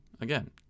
again